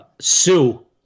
Sue